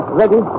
ready